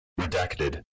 Redacted